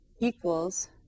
equals